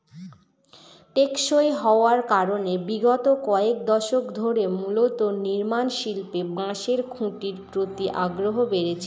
টেকসই হওয়ার কারনে বিগত কয়েক দশক ধরে মূলত নির্মাণশিল্পে বাঁশের খুঁটির প্রতি আগ্রহ বেড়েছে